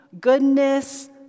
goodness